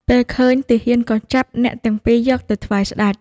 ពេលឃើញ ទាហានក៏ចាប់អ្នកទាំងពីរយកទៅថ្វាយស្ដេច។